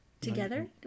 together